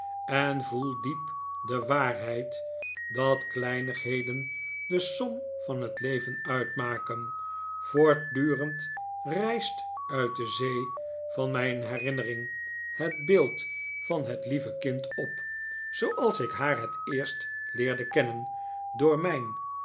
en voel diep de waarheid dat kleinigheden de som van het leven uitmaken voortdurend rijst uit de zee van mijn herinnering het beeld van het lieve kind op zooals ik haar het eerst leerde kennen door mijn